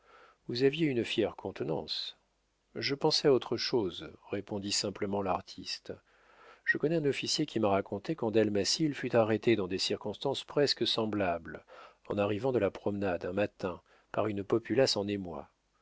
vous aviez une fière contenance je pensais à autre chose répondit simplement l'artiste je connais un officier qui m'a raconté qu'en dalmatie il fut arrêté dans des circonstances presque semblables en arrivant de la promenade un matin par une populace en émoi